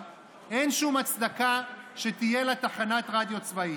אין שום הצדקה שתהיה לה תחנת רדיו צבאית.